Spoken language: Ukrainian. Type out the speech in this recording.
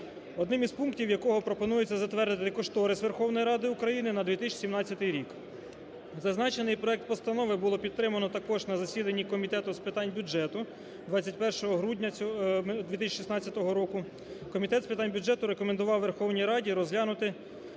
одним із пунктів якого пропонується затвердити кошторис Верховної Ради України на 2017 рік. Зазначений проект постанови було підтримано також на засіданні Комітету з питань бюджету 21 грудня 2016 року. Комітет з питань бюджету рекомендував Верховній Раді розглянути